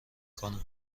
کنم